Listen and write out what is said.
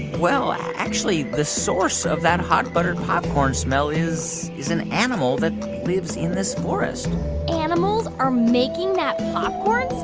well, actually, the source of that hot buttered popcorn smell is is an animal that lives in this forest animals are making that popcorn